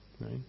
right